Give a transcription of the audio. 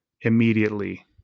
immediately